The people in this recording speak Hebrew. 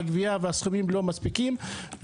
הגבייה והסכומים לא מספקים.